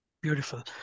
Beautiful